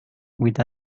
with